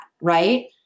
right